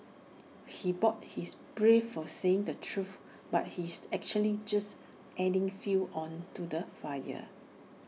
he bought he's brave for saying the truth but he's actually just adding fuel on to the fire